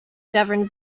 governed